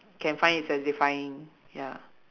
can find it satisfying ya